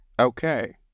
Okay